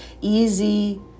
easy